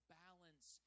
balance